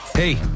Hey